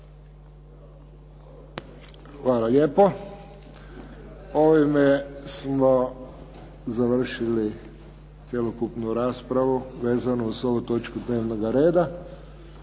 Hvala lijepo. Ovime smo završili cjelokupnu raspravu vezanu uz ovu točku dnevnoga reda.